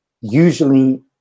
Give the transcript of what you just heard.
usually